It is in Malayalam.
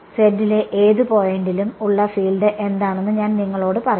z ലെ ഏത് പോയിന്റിലും ഉള്ള ഫീൽഡ് എന്താണെന്ന് ഞാൻ നിങ്ങളോട് പറയും